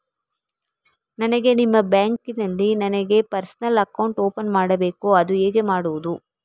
ನನಗೆ ನಿಮ್ಮ ಬ್ಯಾಂಕಿನಲ್ಲಿ ನನ್ನ ಪರ್ಸನಲ್ ಅಕೌಂಟ್ ಓಪನ್ ಮಾಡಬೇಕು ಅದು ಹೇಗೆ ಮಾಡುವುದು?